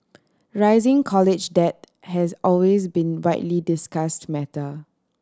rising college debt has always been widely discussed matter